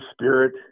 spirit